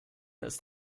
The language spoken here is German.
ist